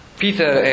Peter